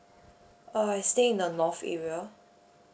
uh I stay in the north area